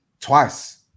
twice